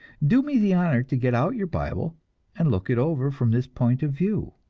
do me the honor to get out your bible and look it over from this point of view!